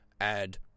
add